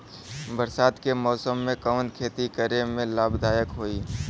बरसात के मौसम में कवन खेती करे में लाभदायक होयी?